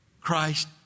Christ